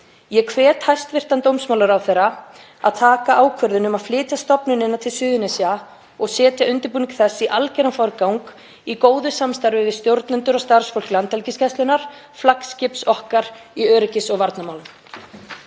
Ég hvet hæstv. dómsmálaráðherra til að taka ákvörðun um að flytja stofnunina til Suðurnesja og setja undirbúning þess í algeran forgang í góðu samstarfi við stjórnendur og starfsfólk Landhelgisgæslunnar, flaggskips okkar í öryggis- og varnarmálum.